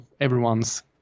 everyone's